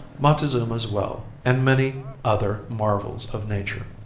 montezuma's well and many other marvels of nature.